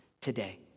today